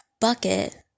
bucket